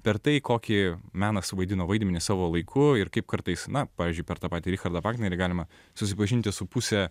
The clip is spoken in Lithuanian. per tai kokį menas suvaidino vaidmenį savo laiku ir kaip kartais na pavyzdžiui per tą patį richardą vagnerį galima susipažinti su puse